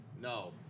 No